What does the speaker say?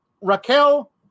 Raquel